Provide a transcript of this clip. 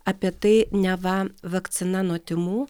apie tai neva vakcina nuo tymų